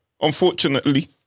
Unfortunately